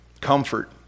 Comfort